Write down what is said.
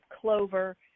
clover